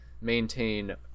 maintain